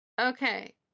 Okay